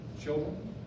children